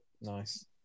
Nice